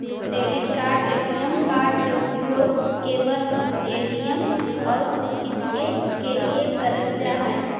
Credit card ATM card के उपयोग केवल ए.टी.एम और किसके के लिए करल जा है?